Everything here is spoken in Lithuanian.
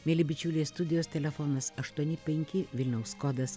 mieli bičiuliai studijos telefonas aštuoni penki vilniaus kodas